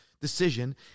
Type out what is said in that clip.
decision